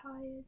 tired